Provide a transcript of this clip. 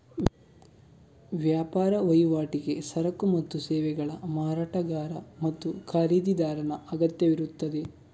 ವ್ಯಾಪಾರ ವಹಿವಾಟಿಗೆ ಸರಕು ಮತ್ತು ಸೇವೆಗಳ ಮಾರಾಟಗಾರ ಮತ್ತು ಖರೀದಿದಾರನ ಅಗತ್ಯವಿರುತ್ತದೆ